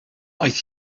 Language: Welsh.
aeth